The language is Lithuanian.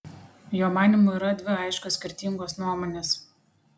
jo manymu yra dvi aiškios skirtingos nuomonės